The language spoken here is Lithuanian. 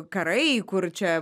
karai kur čia